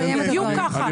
בדיוק ככה.